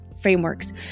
frameworks